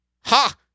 Ha